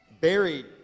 Buried